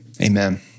Amen